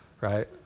right